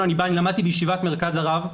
אני בא אני למדתי בישיבת מרכז הרב,